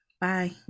bye